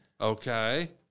Okay